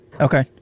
Okay